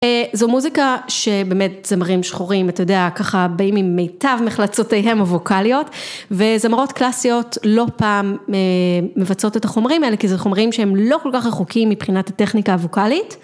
זו מוזיקה שבאמת זמרים שחורים, אתה יודע, ככה באים עם מיטב מחלצותיהם הווקאליות, וזמרות קלאסיות לא פעם מבצעות את החומרים האלה, כי זה חומרים שהם לא כל כך רחוקים מבחינת הטכניקה הווקאלית.